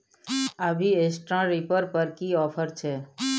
अभी straw reaper पर की ऑफर छै?